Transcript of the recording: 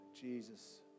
Jesus